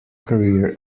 career